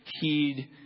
heed